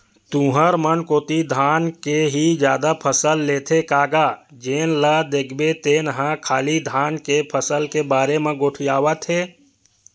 तुंहर मन कोती धान के ही जादा फसल लेथे का गा जेन ल देखबे तेन ह खाली धान के फसल के बारे म गोठियावत हे?